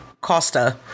Costa